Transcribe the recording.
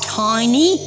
tiny